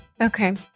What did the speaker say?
Okay